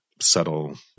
subtle